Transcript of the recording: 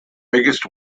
biggest